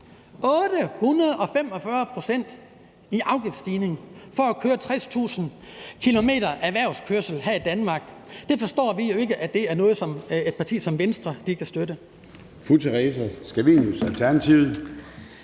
845 pct. i afgiftsstigning for at køre 60.000 km erhvervskørsel her i Danmark. At det er noget, som et parti som Venstre kan støtte,